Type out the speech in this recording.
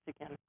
again